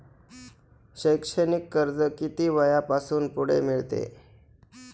शैक्षणिक कर्ज किती वयापासून पुढे मिळते?